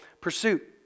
pursuit